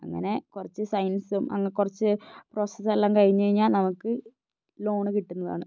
അങ്ങനെ കുറച്ച് സൈൻസും അങ്ങ് കുറച്ച് പ്രൊസസ്സും എല്ലാം കഴിഞ്ഞ് കഴിഞ്ഞാ നമുക്ക് ലോണ് കിട്ടുന്നതാണ്